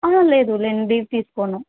లేదు నేను డీప్ తీసుకొను